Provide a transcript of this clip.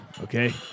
okay